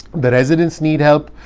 the residents need help.